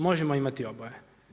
Možemo imati oboje.